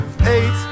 Eight